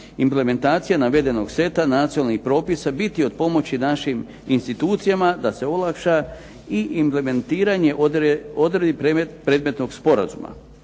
implementacija navedenog seta nacionalnog propisa, biti od pomoći našim institucijama da se olakša i implementiranje odredbi predmetnog sporazuma.